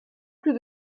plus